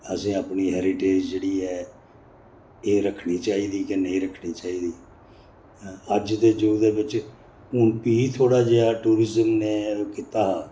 असें अपनी हैरीटेज जेह्ड़ी ऐ एह् रक्खनी चाहिदी के नेईं रक्खनी चाहिदी अज्ज दे जुग दे बिच्च हून फ्ही थोह्ड़ा जेहा टूरिज्म ने कीता हा